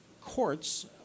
Courts